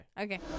Okay